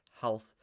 health